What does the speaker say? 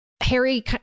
Harry